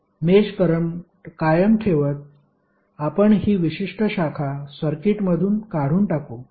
मेष current कायम ठेवत आपण ही विशिष्ट शाखा सर्किटमधून काढून टाकू